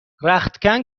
رختکن